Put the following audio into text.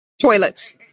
Toilets